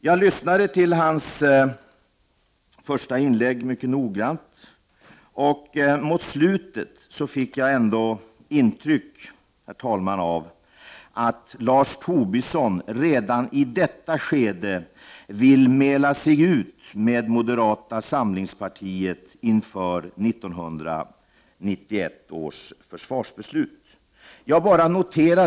Jag lyssnade mycket noga till hans första inlägg, och mot slutet fick jag, herr talman, ett intryck av att Lars Tobisson redan i detta skede vill mäla sig ut, med moderata samlingspartiet, inför 1991 års försvarsbeslut.